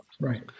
Right